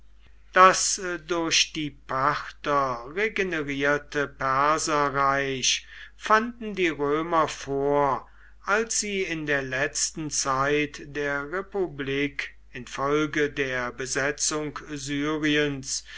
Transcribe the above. das durch die parther regenerierte perserreich fanden die römer vor als sie in der letzten zeit der republik in folge der besetzung syriens